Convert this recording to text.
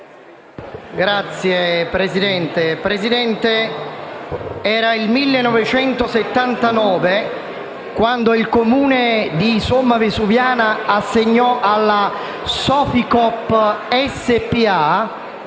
*(M5S)*. Signor Presidente, era il 1979 quando il Comune di Somma Vesuviana assegnò alla Soficoop SpA